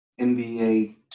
NBA